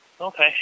Okay